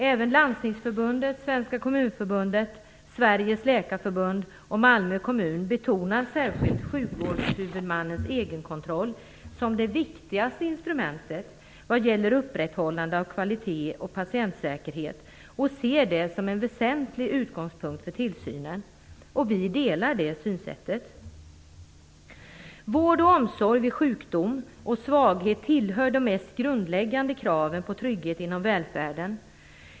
Även Landstingsförbundet, Svenska kommunförbundet, Sveriges läkarförbund och Malmö kommun betonar särskilt sjukvårdshuvudmannens egen kontroll som det viktigaste instrumentet vad gäller upprätthållande av kvalitet och patientsäkerhet och ser det som en väsentlig utgångspunkt för tillsynen. Vi delar det synsättet. Vård och omsorg vid sjukdom och svaghet tillhör de mest grundläggande kraven på trygghet inom välfärden.